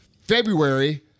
February